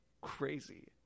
crazy